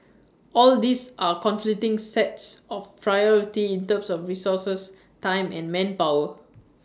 all these are conflicting sets of priority in terms of resources time and manpower